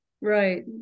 Right